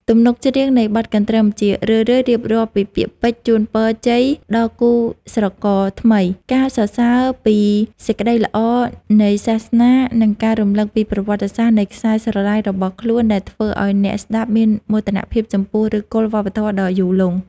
ទំនុកច្រៀងនៃបទកន្ទឹម ជារឿយៗរៀបរាប់ពីពាក្យពេចន៍ជូនពរជ័យដល់គូស្រករថ្មី ការសរសើរពីសេចក្តីល្អនៃសាសនា និងការរំលឹកពីប្រវត្តិសាស្ត្រនៃខ្សែស្រឡាយរបស់ខ្លួន ដែលធ្វើឱ្យអ្នកស្តាប់មានមោទនភាពចំពោះឫសគល់វប្បធម៌ដ៏យូរលង់។